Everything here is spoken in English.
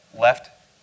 left